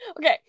Okay